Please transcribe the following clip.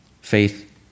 Faith